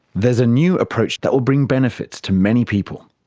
there's a new approach that will bring benefits to many people.